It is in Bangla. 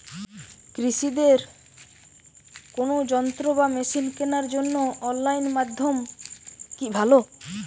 কৃষিদের কোন যন্ত্র বা মেশিন কেনার জন্য অনলাইন মাধ্যম কি ভালো?